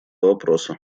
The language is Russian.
вопроса